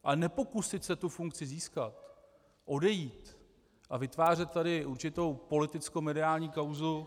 Ale nepokusit se tu funkci získat, odejít a vytvářet tady určitou politickomediální kauzu...